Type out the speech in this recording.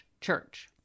church